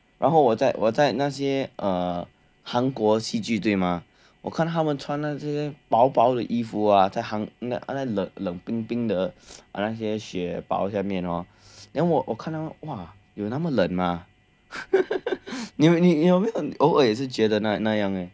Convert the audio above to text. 然后我再我在那些 uh 韩国戏剧对吗我看他们穿那些薄薄的衣服啊在冷冰冰的雪薄下面 hor then 我我看到哇有那么冷吗 你有没有偶尔觉得那样呢